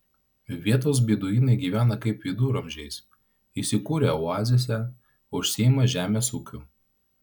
vietos beduinai gyvena kaip viduramžiais įsikūrę oazėse užsiima žemės ūkiu